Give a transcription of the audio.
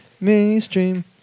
Mainstream